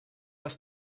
ist